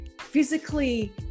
physically